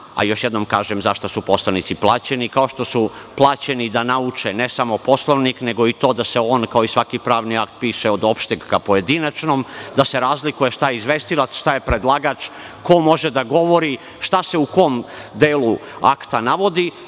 a još jednom kažem zašto su poslanici plaćeni, kao što su plaćeni da nauče ne samo Poslovnik, nego i to da se i on kao i svaki pravni akt piše od opšteg ka pojedinačnom, da se razlikuje šta je izvestilac, šta je predlagač, ko može da govori, šta se u kom delu akta navodi. Molim